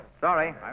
Sorry